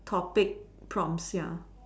topic prompts ya